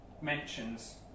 mentions